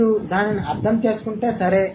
మీరు దానిని అర్దం చేసుకుంటే సరే